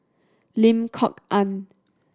Lim Kok Ann